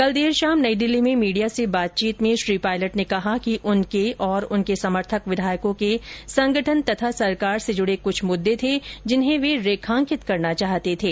कल देर शाम नई दिल्ली में मीडिया से बातचीत में श्री पायलट ने कहा कि उनके तथा उनके समर्थक विधायकों के संगठन तथा सरकार से जुड़े क्छ मुद्दे थे जिन्हें वे रेखांकित करना चाहते थे